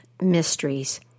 mysteries